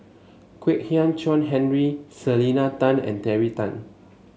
Kwek Hian Chuan Henry Selena Tan and Terry Tan